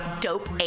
Dope